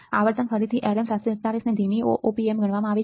આવર્તન ફરીથી LM741 ને ધીમી op amp ગણવામાં આવે છે